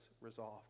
resolved